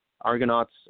Argonauts